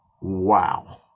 wow